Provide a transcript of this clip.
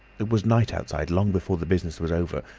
it was night outside long before the business was over,